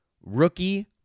rookie